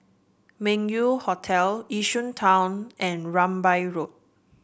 Meng Yew Hotel Yishun Town and Rambai Road